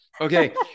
Okay